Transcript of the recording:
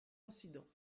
incidents